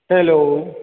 hello